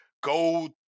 go